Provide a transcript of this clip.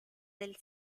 del